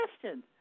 question